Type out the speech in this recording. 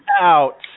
out